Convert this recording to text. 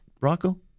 Rocco